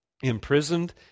imprisoned